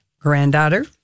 granddaughter